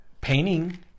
painting